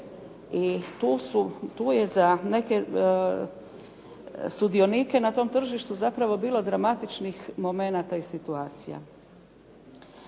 I tu je za neke sudionike na tom tržištu zapravo bilo dramatičnih momenata i situacija.